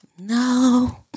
No